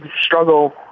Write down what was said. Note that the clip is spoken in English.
struggle